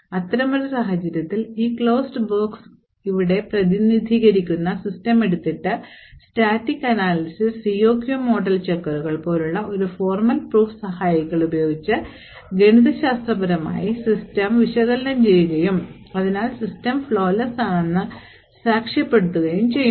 അത്തരമൊരു സാഹചര്യത്തിൽ ഈ closed box ഇവിടെ പ്രതിനിധീകരിക്കുന്ന സിസ്റ്റം എടുത്തിട്ട് സ്റ്റാറ്റിക് അനാലിസിസ് COQ മോഡൽ ചെക്കറുകൾ പോലുള്ള ഒരു ഫോർമൽ proof സഹായികൾ ഉപയോഗിച്ച് ഗണിത ശാസ്ത്രപരമായി സിസ്റ്റം വിശകലനം ചെയ്യുകയും അതിനാൽ സിസ്റ്റം flawless ആണെന്ന് സാക്ഷ്യപ്പെടുത്തുകയും ചെയ്യുന്നു